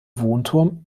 wohnturm